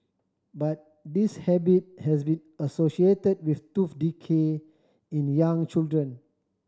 but this habit has been associated with tooth decay in young children